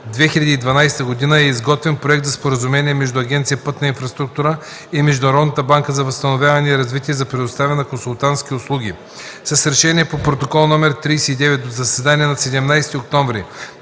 2012 г., е изготвен проект на Споразумение между Агенция „Пътна инфраструктура” и Международната банка за възстановяване и развитие за предоставяне на консултантски услуги. С решение по Протокол № 39 от заседанието на 17 октомври